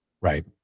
right